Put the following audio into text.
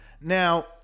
now